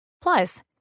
Plus